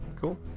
cool